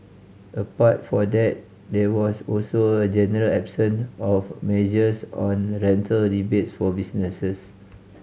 apart for that there was also a general absence of measures on rental rebates for businesses